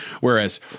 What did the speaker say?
whereas